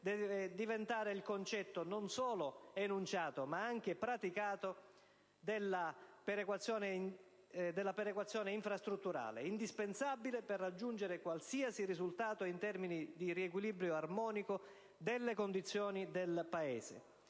diventare il concetto, non solo enunciato, ma anche praticato, della perequazione infrastrutturale, indispensabile per raggiungere qualsiasi risultato in termini di riequilibrio armonico delle condizioni del Paese.